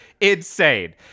insane